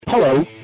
Hello